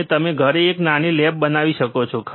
અને તમે ઘરે એક નાની લેબ બનાવી શકો છો